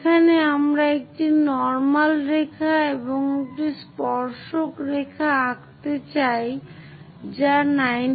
সেখানে আমরা একটি নর্মাল রেখা এবং একটি স্পর্শক রেখা রাখতে চাই যা 90°